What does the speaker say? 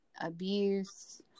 abuse